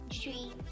Dream